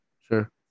Sure